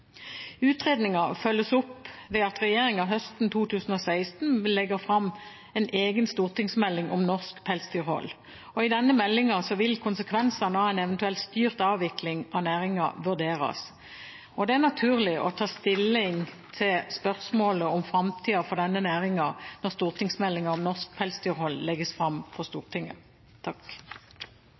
følges opp ved at regjeringen høsten 2016 vil legge fram en egen stortingsmelding om norsk pelsdyrhold. I denne meldingen vil konsekvensene av en eventuelt styrt avvikling av næringen vurderes. Det er naturlig å ta stilling til spørsmålet om framtiden for denne næringen når stortingsmeldingen om norsk pelsdyrhold legges fram for